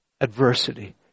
adversity